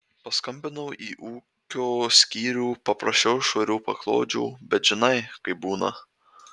paskambinau į ūkio skyrių paprašiau švarių paklodžių bet žinai kaip būna